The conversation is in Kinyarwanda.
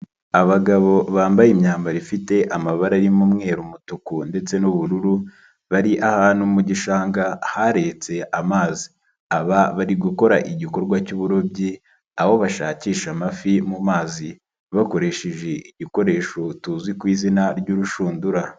Abagabo bambaye imyambaro ifite amabara y'umweru, umutuku ndetse n'ubururu, bari ahantu mu gishanga haretse amazi. Aba bari gukora igikorwa cy'uburobyi, abo bashakisha amafi mu mazi bakoresheje ibikoresho tuzi k ku izina ry'urushundura,.